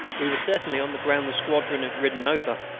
we were certainly on the ground the squadron had ridden over.